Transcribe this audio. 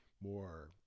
more